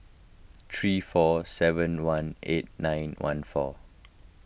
three four seven one eight nine one four